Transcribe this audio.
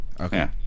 okay